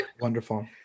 Wonderful